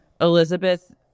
elizabeth